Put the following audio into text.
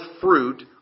fruit